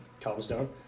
Cobblestone